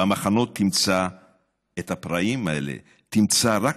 במחנות האלה תמצא את הפראיים האלה,